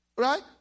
Right